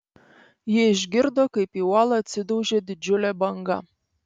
ji išgirdo kaip į uolą atsidaužė didžiulė banga